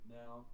now